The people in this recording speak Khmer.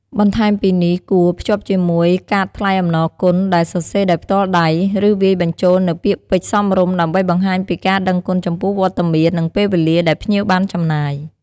បន្ថែមពីនេះ គួរ ភ្ជាប់ជាមួយកាតថ្លែងអំណរគុណ ដែលសរសេរដោយផ្ទាល់ដៃ ឬវាយបញ្ចូលនូវពាក្យពេចន៍សមរម្យ ដើម្បីបង្ហាញពីការដឹងគុណចំពោះវត្តមាន និងពេលវេលាដែលភ្ញៀវបានចំណាយ។